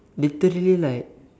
literally like